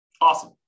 Awesome